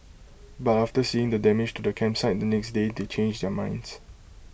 but after seeing the damage to the campsite the next day they changed their minds